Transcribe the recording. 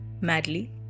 madly